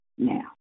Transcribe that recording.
Now